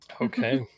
Okay